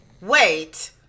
wait